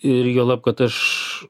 ir juolab kad aš